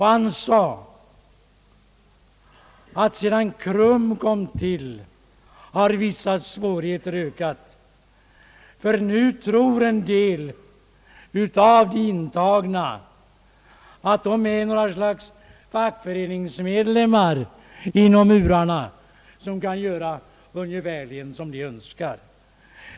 Han sade att sedan KRUM kom till har vissa svårigheter ökat, ty nu tror en del av de intagna att de är något slags föreningsmedlemmar inom murarna som kan göra ungefärligen som de önskar.